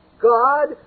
God